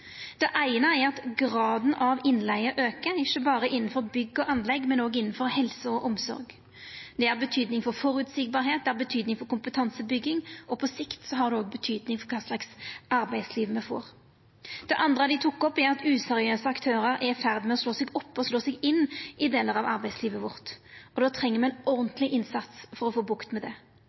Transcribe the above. Det eine er at graden av innleige aukar, ikkje berre innanfor bygg og anlegg, men òg innanfor helse og omsorg. Det har betyding for føreseielegheit, det har betyding for kompetansebygging, og på sikt har det òg betyding for kva slags arbeidsliv me får. Det andre dei tok opp, er at useriøse aktørar er i ferd med å slå seg opp og slå seg inn i delar av arbeidslivet vårt. Då treng me ein ordentleg innsats for å få bukt med det.